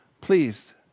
please